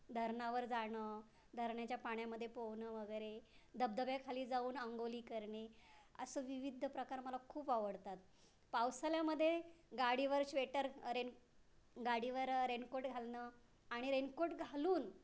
धरणावर जाणं धरणाच्या पाण्यामध्ये पोहणं वगैरे धबधब्याखाली जाऊन अंघोळ करणे असं विविध प्रकार मला खूप आवडतात पावसाळ्यामध्ये गाडीवर श्वेटर रेन गाडीवर रेनकोट घालणं आणि रेनकोट घालून